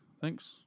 Thanks